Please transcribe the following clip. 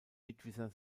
mitwisser